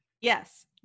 yes